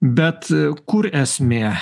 bet kur esmė